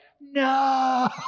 no